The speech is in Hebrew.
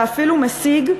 ואפילו משיג,